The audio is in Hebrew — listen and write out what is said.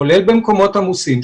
כולל במקומות עמוסים,